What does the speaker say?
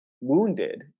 wounded